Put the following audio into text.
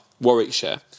Warwickshire